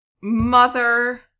mother